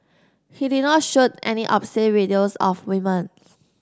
he did not shoot any obscene videos of women